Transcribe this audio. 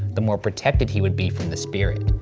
the more protected he would be from the spirit.